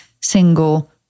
single